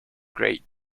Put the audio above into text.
great